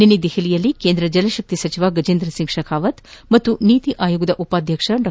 ನಿನ್ನೆ ದೆಹಲಿಯಲ್ಲಿ ಕೇಂದ್ರ ಜಲಶಕ್ತಿ ಸಚಿವ ಗಜೇಂದ್ರ ಸಿಂಗ್ ಶೇಖಾವತ್ ಹಾಗೂ ನೀತಿ ಆಯೋಗದ ಉಪಾಧ್ಯಕ್ಷ ಡಾ